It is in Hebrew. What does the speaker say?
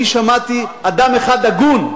אני שמעתי אדם אחד הגון,